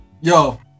yo